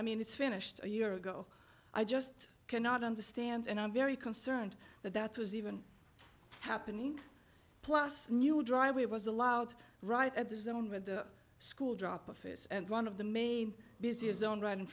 i mean it's finished a year ago i just cannot understand and i'm very concerned that that was even happening plus new driveway was a lot right at the zone with the school drop of face and one of the main busy is own right in